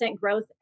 growth